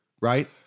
right